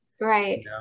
right